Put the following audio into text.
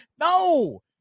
no